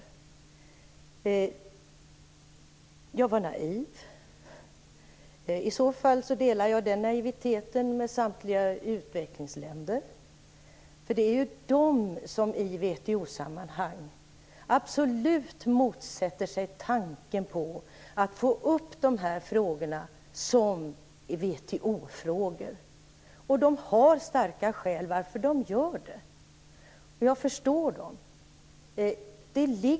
Leif Pagrotsky sade att jag var naiv. I så fall delar jag den naiviteten med samtliga utvecklingsländer. Det är ju de som i WTO-sammanhang absolut motsätter sig tanken på att föra upp dessa frågor som WTO frågor. De har också starka skäl för det, och jag förstår dem.